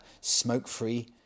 smoke-free